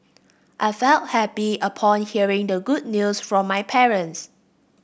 I felt happy upon hearing the good news from my parents